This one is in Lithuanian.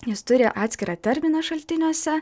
jos turi atskirą terminą šaltiniuose